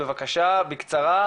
בבקשה בקצרה,